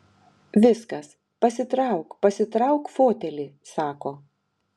viskas pasitrauk pasitrauk fotelį sako